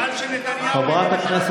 מתו אנשים